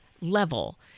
level